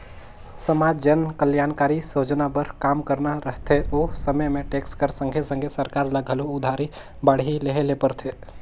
समाज जनकलयानकारी सोजना बर काम करना रहथे ओ समे में टेक्स कर संघे संघे सरकार ल घलो उधारी बाड़ही लेहे ले परथे